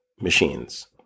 machines